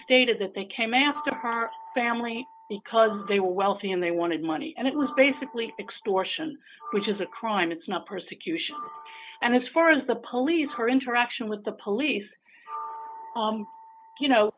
stated that they came after her family because they were wealthy and they wanted money and it was basically extortion which is a crime it's not persecution and as far as the police her interaction with the police you know